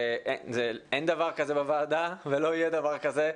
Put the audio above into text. אין דבר כזה בוועדה ולא יהיה דבר כזה.